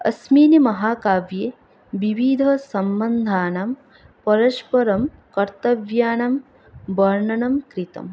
अस्मिन् महाकाव्ये विविधसम्बन्धानां परस्परं कर्तव्यानां वर्णनं कृतम्